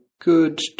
good